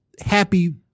happy